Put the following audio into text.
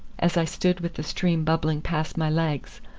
as i stood with the stream bubbling past my legs,